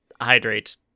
hydrate